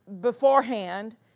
beforehand